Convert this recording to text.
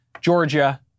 Georgia